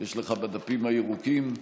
יש לך בדפים הירוקים.